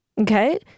Okay